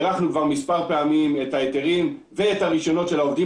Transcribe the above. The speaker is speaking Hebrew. הארכנו כבר מספר פעמים את ההיתרים ואת הרישיונות של העובדים